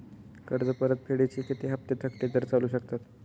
कर्ज परतफेडीचे किती हप्ते थकले तर चालू शकतात?